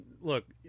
Look